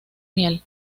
miel